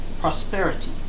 prosperity